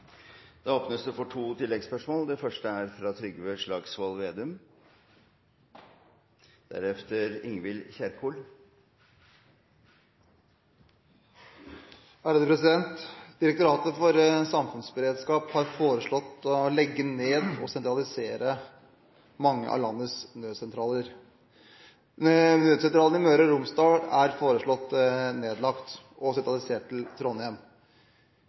det vi må ha som målsetting. Det åpnes for to oppfølgingsspørsmål – først fra Trygve Slagsvold Vedum. Direktoratet for samfunnssikkerhet og beredskap har foreslått å legge ned og sentralisere mange av landets nødsentraler. Nødsentralen i Møre og Romsdal er foreslått nedlagt og sentralisert til Trondheim.